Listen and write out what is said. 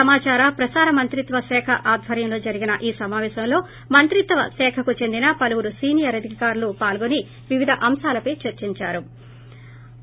సమాచార ప్రసార మంత్రిత్వ శాఖ ఆధ్వర్యంలో జరిగిన ఈ సమాపేశంలో మంత్రిత్వ శాఖకు చెందిన పలువురు సీనియర్ అధికారులు పాల్గొని వివిధ అంశాలపై చర్చించారు